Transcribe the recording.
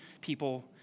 people